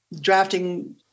drafting